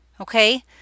okay